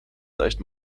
leicht